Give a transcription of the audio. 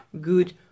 good